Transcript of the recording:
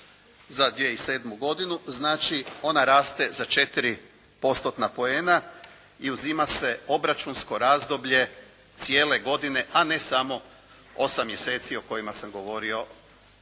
za 2007. godinu znači ona raste za 4 postotna poena i uzima se obračunsko razdoblje cijele godine, a ne samo 8 mjeseci o kojima sam govorio